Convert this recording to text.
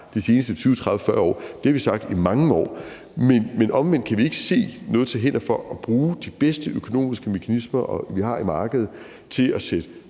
de seneste 20, 30, 40 år. Det har vi sagt i mange år. Men omvendt kan vi ikke se noget til hinder for at bruge de bedste økonomiske mekanismer, vi har i markedet, til at sætte